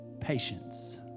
Patience